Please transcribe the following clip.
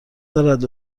دارد